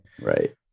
Right